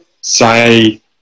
say